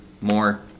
more